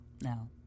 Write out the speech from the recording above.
no